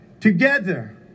Together